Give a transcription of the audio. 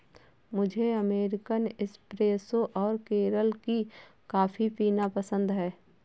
मुझे American espresso और केरल की कॉफी पीना पसंद है